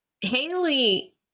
haley